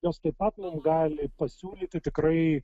jos taip pat mum gali pasiūlyti tikrai